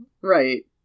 Right